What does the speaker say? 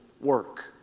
work